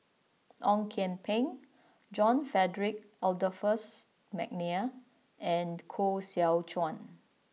Ong Kian Peng John Frederick Adolphus McNair and Koh Seow Chuan